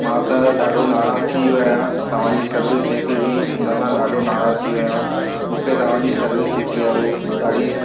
मां त ॾाढो नाराज़ु थी वियो आहियां तव्हांजी सर्विस जेकी हुई हुन सां ॾाढो नाराज़ु थी वियो आहे मूंखे तव्हांजी सर्विस जेकी आहे उहो ॾाढी